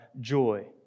joy